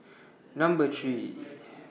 Number three